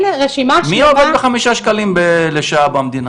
מי יעבוד בשביל חמישה שקלים לשעה במדינה,